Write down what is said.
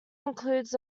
includes